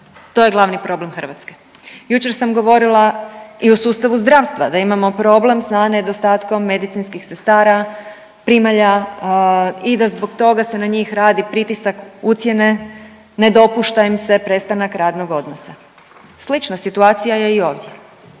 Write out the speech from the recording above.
To je glavni problem Hrvatske. Jučer sam govorila i o sustavu zdravstva da imamo problem sa nedostatkom medicinskih sestara, primalja i da zbog toga se na njih radi pritisak ucjene, ne dopušta im se prestanak radnog odnosa. Slična situacija je i ovdje.